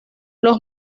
los